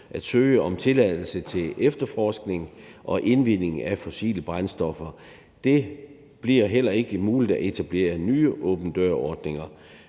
at søge om tilladelse til efterforskning og indvinding af fossile brændstoffer, og det bliver heller ikke muligt at etablere nye åben dør-ordninger.